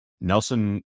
Nelson